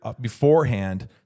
beforehand